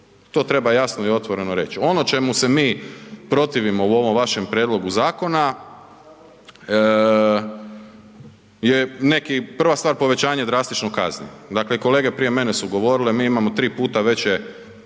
to treba jasno i otvoreno reć. Ono čemu se mi protivimo u ovom vašem prijedlogu zakona je neki, prva stvar povećanje drastično kazni, dakle kolege prije mene su govorile mi imamo 3 puta veće